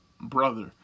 brother